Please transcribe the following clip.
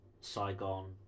Saigon